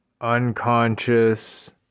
unconscious